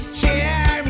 cheer